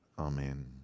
Amen